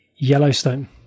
yellowstone